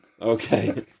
Okay